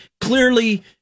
Clearly